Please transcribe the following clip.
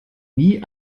nie